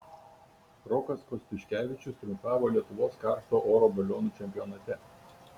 rokas kostiuškevičius triumfavo lietuvos karšto oro balionų čempionate